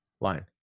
line